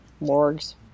morgues